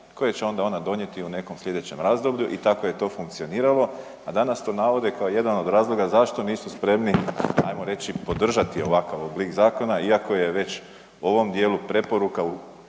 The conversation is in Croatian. koje će onda ona donijeti u nekom sljedećem razdoblju i tako je to funkcioniralo. A danas to navode kao jedan od razloga zašto nisu spremni, ajmo reći podržati ovakav oblik zakona, iako je već u ovom dijelu preporuka